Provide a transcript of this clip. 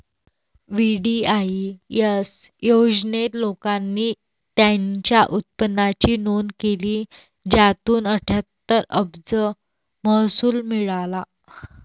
VDIS योजनेत, लोकांनी त्यांच्या उत्पन्नाची नोंद केली, ज्यातून अठ्ठ्याहत्तर अब्ज महसूल मिळाला